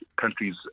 countries